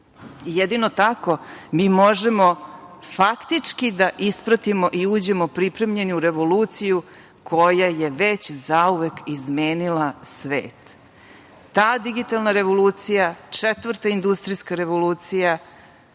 spolja. Jedino tako mi možemo, faktički, da ispratimo i uđemo u revoluciju koja je već, zauvek izmenila svet. Ta digitalna revolucija, četvrta industrijska revolucija,